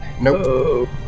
nope